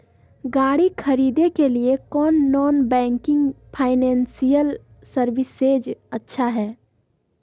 गाड़ी खरीदे के लिए कौन नॉन बैंकिंग फाइनेंशियल सर्विसेज अच्छा है?